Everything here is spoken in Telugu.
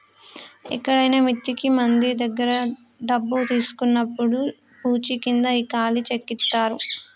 ఎక్కడైనా మిత్తికి మంది దగ్గర డబ్బు తీసుకున్నప్పుడు పూచీకింద ఈ ఖాళీ చెక్ ఇత్తారు